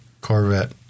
Corvette